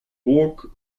burg